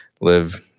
live